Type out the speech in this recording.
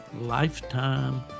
Lifetime